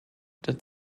that